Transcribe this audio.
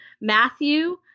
Matthew